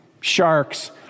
sharks